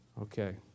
Okay